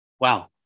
Wow